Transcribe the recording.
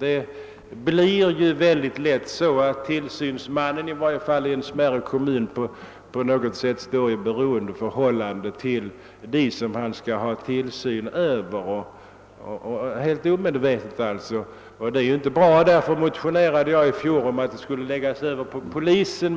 I en smärre kommun står tillsynsmannen säkerligen omedvetet på något sätt i beroendeförhållande till dem han skall ha tillsyn över. Eftersom detta inte är bra motionerade jag i fjol om att uppgiften skulle läggas över på polisen.